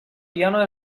piano